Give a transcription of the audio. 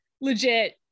legit